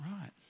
right